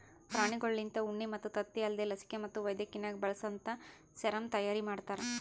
ಪ್ರಾಣಿಗೊಳ್ಲಿಂತ ಉಣ್ಣಿ ಮತ್ತ್ ತತ್ತಿ ಅಲ್ದೇ ಲಸಿಕೆ ಮತ್ತ್ ವೈದ್ಯಕಿನಾಗ್ ಬಳಸಂತಾ ಸೆರಮ್ ತೈಯಾರಿ ಮಾಡ್ತಾರ